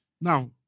Now